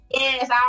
yes